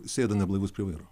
sėda neblaivus prie vairo